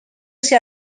ser